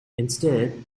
instead